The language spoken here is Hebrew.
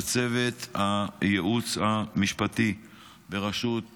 לצוות הייעוץ המשפטי בראשות